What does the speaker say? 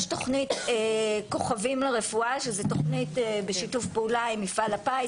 יש תוכניות "כוכבים לרפואה" שזה תוכנית בשיתוף פעולה עם מפעל הפיס,